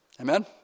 Amen